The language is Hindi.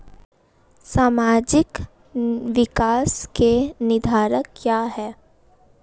सामाजिक विकास के निर्धारक क्या है?